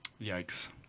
Yikes